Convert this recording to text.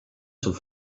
sul